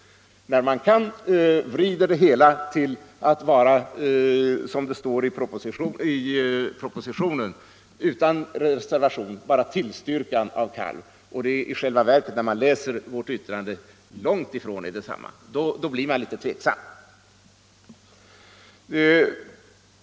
När man vrider vårt yttrande, som det utan reservation står i propositionen, till att vara bara tillstyrkan av tilldelningen av kalv blir man litet tveksam.